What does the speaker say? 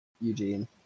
eugene